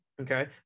Okay